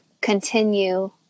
continue